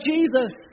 Jesus